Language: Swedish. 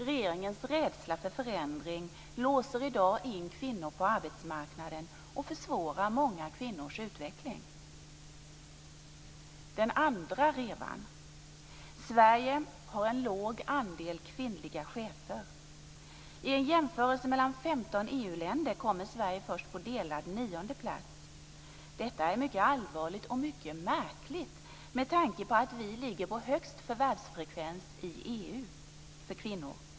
Regeringens rädsla för förändring låser i dag in kvinnor på arbetsmarknaden och försvårar många kvinnors utveckling. Den andra revan: Sverige har en låg andel kvinnliga chefer. I en jämförelse mellan 15 EU-länder kommer Sverige först på delad niondeplats. Detta är mycket allvarligt och mycket märkligt med tanke på att vi ligger på högst förvärvsfrekvens för kvinnor i EU.